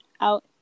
out